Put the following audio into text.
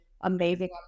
amazing